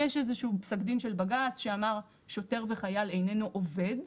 יש איזה שהוא פסק דין של בג"צ שאמר שוטר וחייל איננו עובד.